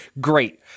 great